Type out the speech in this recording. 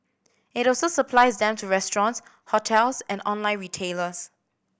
it also supplies them to restaurants hotels and online retailers